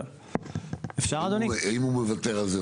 אם הוא מוותר על זה?